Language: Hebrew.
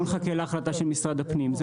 בוא נחכה להחלטה של משרד הפנים,